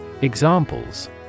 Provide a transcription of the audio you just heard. Examples